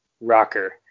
Rocker